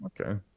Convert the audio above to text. Okay